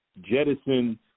jettisoned